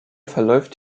verläuft